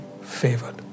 favored